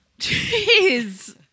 Jeez